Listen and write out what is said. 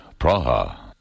Praha